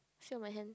sit on my hand